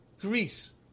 Greece